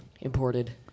imported